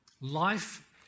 Life